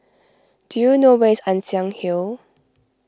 do you know where is Ann Siang Hill